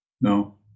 No